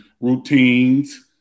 routines